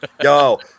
Yo